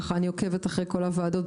ככה אני עוקבת אחרי כל הוועדות.